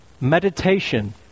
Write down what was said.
Meditation